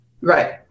Right